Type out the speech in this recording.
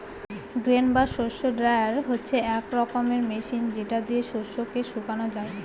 grain বা শস্য dryer হচ্ছে এক রকমের মেশিন যেটা দিয়ে শস্যকে শুকানো যায়